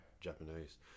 Japanese